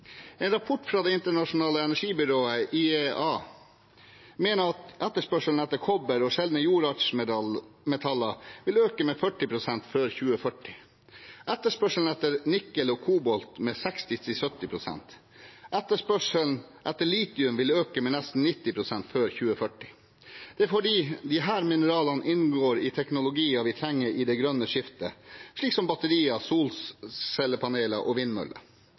En rapport fra Det internasjonale energibyrået, IEA, mener at etterspørselen etter kobber og sjeldne jordartsmetaller vil øke med 40 pst. før 2040, etterspørselen etter nikkel og kobolt med 60–70 pst., og etterspørselen etter litium vil øke med nesten 90 pst. før 2040. Det er fordi disse mineralene inngår i teknologier vi trenger i det grønne skiftet, slik som batterier, solcellepaneler og